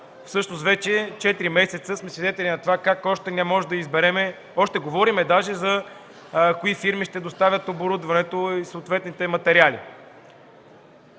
– всъщност вече 4 месеца сме свидетели как още не можем да изберем, още говорим дори кои фирми ще доставят оборудването и съответните материали.